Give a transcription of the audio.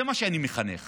זה מה שאני מחנך